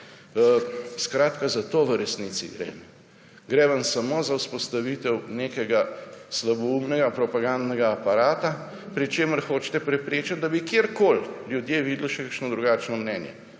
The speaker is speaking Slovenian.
Skratka, za to v resnici gre. Gre vam samo za vzpostavitev nekega slaboumnega propagandnega aparata, pri čemer hočete preprečiti, da bi kjerkoli ljudje videli še kakšno drugačno mnenje.